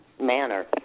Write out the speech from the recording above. manner